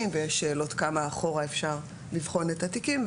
ויש שאלות כמה אחורה אפשר לבחון את התיקים.